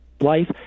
life